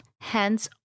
hence